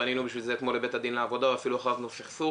ופנינו בשביל זה לבית הדין לעבודה ואפילו הכרזנו סכסוך